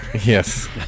yes